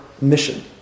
mission